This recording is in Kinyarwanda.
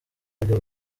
ajya